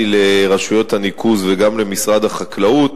לרשויות הניקוז וגם למשרד החקלאות